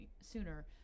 sooner